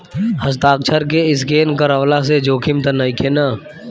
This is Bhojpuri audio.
हस्ताक्षर के स्केन करवला से जोखिम त नइखे न?